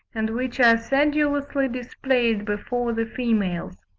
and which are sedulously displayed before the females.